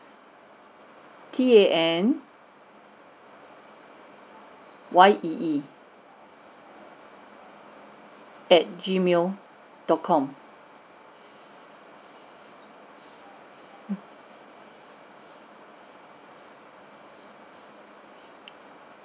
T A N Y E E at gmail dot com mm